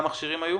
מכשירים היו?